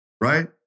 right